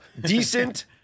Decent